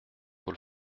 paul